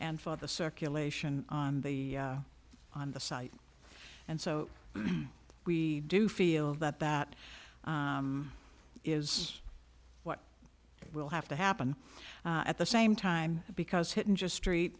and for the circulation on the on the site and so we do feel that that is what will have to happen at the same time because hit and just street